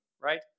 right